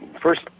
first